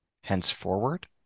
henceforward